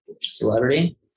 Celebrity